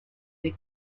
les